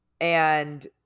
And-